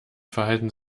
verhalten